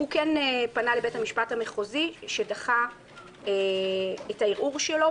הוא כן פנה לבית המשפט המחוזי שדחה את הערעור שלו,